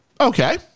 Okay